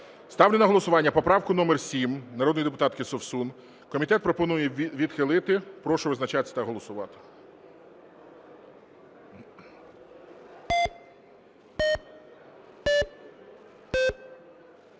на голосування поправку номер 7 народної депутатки Совсун. Комітет пропонує відхилити. Прошу визначатися та голосувати.